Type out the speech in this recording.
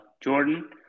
Jordan